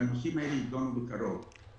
הנושאים האלה יידונו בקרוב.